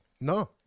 No